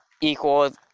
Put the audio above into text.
equal